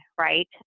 right